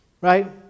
Right